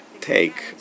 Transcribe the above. take